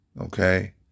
Okay